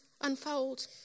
unfold